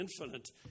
infinite